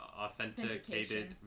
authenticated